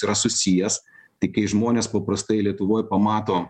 yra susijęs tik kai žmonės paprastai lietuvoj pamato